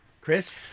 Chris